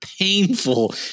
painful